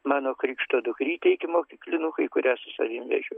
mano krikšto dukrytei ikimokyklinukai kurią su savim vežiau